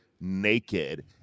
naked